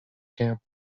camp